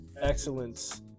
excellence